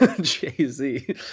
Jay-Z